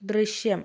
ദൃശ്യം